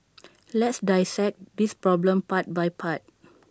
let's dissect this problem part by part